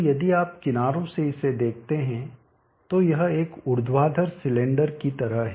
तो यदि आप किनारों से इसे देखते हैं तो यह एक ऊर्ध्वाधर सिलेंडर की तरह है